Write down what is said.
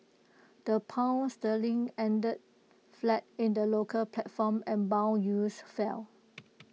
the pound sterling ended flat in the local platform and Bond yields fell